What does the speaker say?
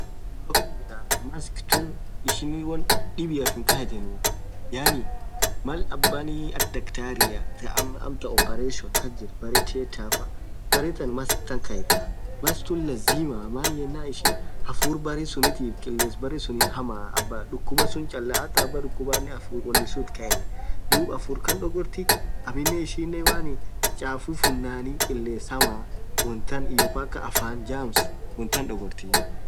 Maskiii tokkit jira mask khun ishinni wonn dhibiaf hin khayethu yaani Mal abanii ath daktaria taa am amtan operation kasjirtu beree tiatha faa beretan maskan kayetha mask tunn lazimaa maan yenan ishin hafurr berre sunnitif hiyo qiles bere sunn hamaaa abaa dhukuba sunn chalaaa hataa abaa dhukubanen wonni sunn itakaaeni dhub hafurr Khan dhoghrthi aminen ishinen yaani chafuu funanin qiles hamaa wonn tan hiyo paka afan jams wonn tan dhogorthi